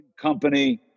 company